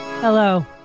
Hello